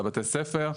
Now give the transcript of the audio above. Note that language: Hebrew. על בתי הספר,